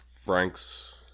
Frank's